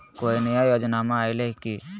कोइ नया योजनामा आइले की?